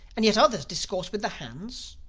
and yet others discourse with the hands?